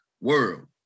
world